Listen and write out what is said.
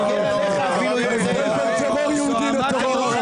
לא, את זה אתם מביאים רק לחרדים.